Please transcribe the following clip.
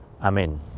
Amen